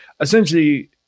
essentially